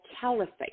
caliphate